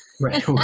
right